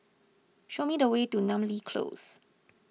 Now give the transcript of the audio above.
show me the way to Namly Close